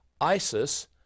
Isis